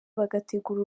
bagategura